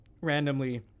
randomly